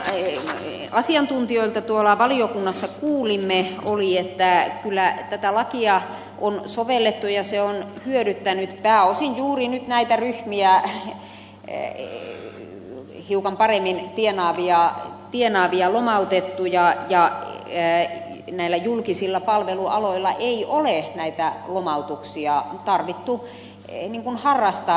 se mitä asiantuntijoilta valiokunnassa kuulimme oli että kyllä tätä lakia on sovellettu ja se on hyödyttänyt pääosin juuri näitä ryhmiä hiukan paremmin tienaavia lomautettuja ja julkisilla palvelualoilla ei ole lomautuksia tarvinnut harrastaa